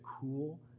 cool